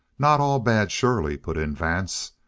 not all bad, surely, put in vance.